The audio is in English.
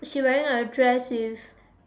she wearing a dress with